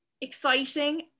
exciting